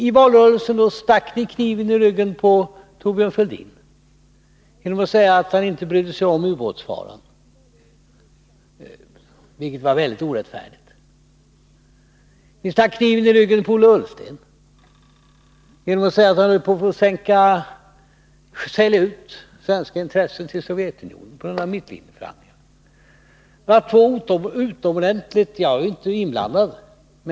I valrörelsen stack ni kniven i ryggen på Thorbjörn Fälldin genom att säga att han inte brydde sig om ubåtsfaran, vilket var väldigt orättfärdigt. Ni stack kniven i ryggen på Ola Ullsten genom att säga att han höll på att sälja ut svenska intressen till Sovjetunionen i samband med mittlinjeförhandlingarna. Jag var inte inblandad.